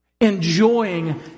Enjoying